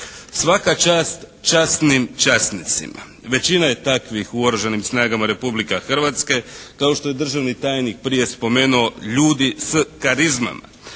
Svaka čast časnim časnicima, većina je takvih u Oružanim snagama Republike Hrvatske. Kao što je državni tajnik prije spomenuo, ljudi s karizmama.